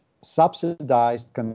subsidized